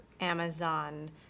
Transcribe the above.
Amazon